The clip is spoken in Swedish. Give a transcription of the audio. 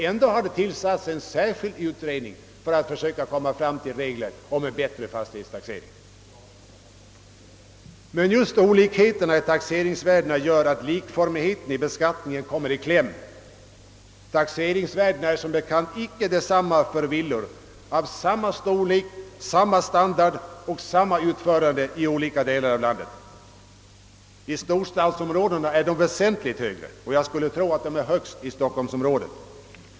Ändå har en särskild utredning tillsatts för att bl.a. undersöka behovet av ändrade regler för fastighetstaxeringen. Men just olikheterna i taxeringsvärdena gör att likformigheten i beskattningen kommer i kläm. Taxeringsvärdena är som bekant icke desamma för villor av samma storlek, standard och utförande i olika delar av vårt land. I storstadsområdena är de väsentligt högre än i andra delar, i stockholmsområdet troligen högst.